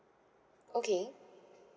okay